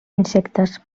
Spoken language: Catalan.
insectes